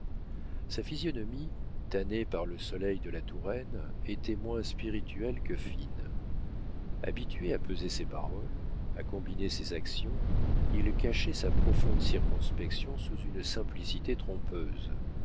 sa physionomie tannée par le soleil de la touraine était moins spirituelle que fine habitué à peser ses paroles à combiner ses actions il cachait sa profonde circonspection sous une simplicité trompeuse